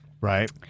right